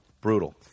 Brutal